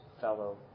fellow